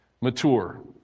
mature